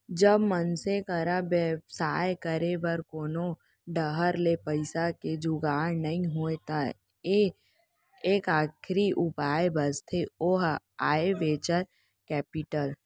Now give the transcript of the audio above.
जब मनसे करा बेवसाय करे बर कोनो डाहर ले पइसा के जुगाड़ नइ होय त एक आखरी उपाय बचथे ओहा आय वेंचर कैपिटल